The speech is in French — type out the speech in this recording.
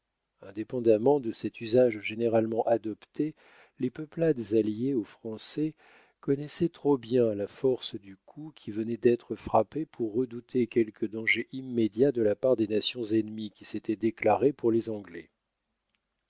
indépendamment de cet usage généralement adopté les peuplades alliées aux français connaissaient trop bien la force du coup qui venait d'être frappé pour redouter quelque danger immédiat de la part des nations ennemies qui s'étaient déclarées pour les anglais